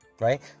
Right